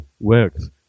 works